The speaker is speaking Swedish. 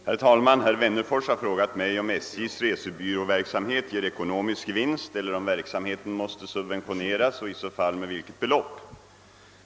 Herr talman! Herr Wennerfors har frågat mig om SJ:s resebyråverksam het ger ekonomisk vinst eller om verksamheten måste subventioneras och i så fall med vilket belopp.